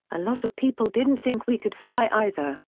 a lot of people didn't think we could fly, either.